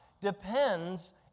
depends